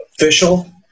official